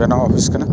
ᱵᱮᱱᱟᱣ ᱚᱯᱷᱤᱥ ᱠᱟᱱᱟ